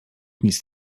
nic